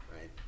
Right